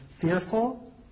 fearful